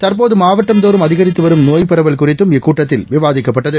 தற்போதுமாவட்டந்தோறும் அதிகரித்துவரும் நோய் பரவல் குறித்தும் இக்கூட்டத்தில் விவாதிக்கப்பட்டது